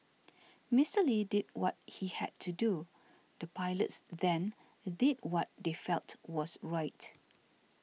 Mister Lee did what he had to do the pilots then did what they felt was right